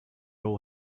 all